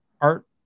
art